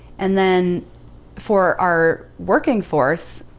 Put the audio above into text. and then for our working force,